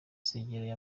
zegereye